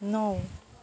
नौ